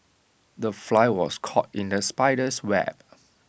the fly was caught in the spider's web